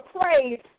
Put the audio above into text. praise